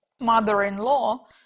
mother-in-law